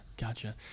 gotcha